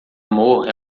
amor